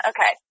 Okay